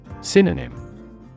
Synonym